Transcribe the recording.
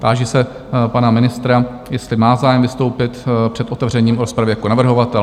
Táži se pana ministra, jestli má zájem vystoupit před otevřením rozpravy jako navrhovatel?